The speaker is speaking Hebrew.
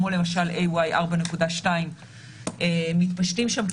כמו למשל AY4.2 שמתפשטים שם,